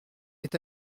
est